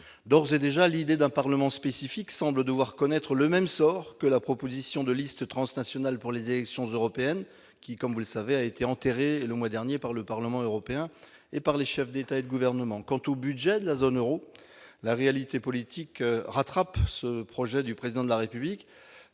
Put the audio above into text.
d'ores et déjà l'idée d'un Parlement spécifique semble devoir connaître le même sort que la proposition de listes transnationales pour les élections européennes qui, comme vous le savez, a été enterré le mois dernier par le Parlement européen et par les chefs d'État et de gouvernement quant au budget de la zone Euro, la réalité politique rattrape ce projet du président de la République